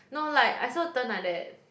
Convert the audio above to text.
no like I supposed to turn like that